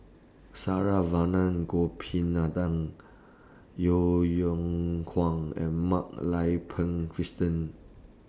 Saravanan Gopinathan Yeo Kwang and Mak Lai Peng Christine